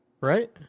Right